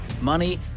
money